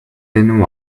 than